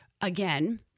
again